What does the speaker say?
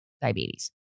diabetes